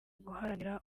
guharanira